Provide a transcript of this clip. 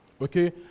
Okay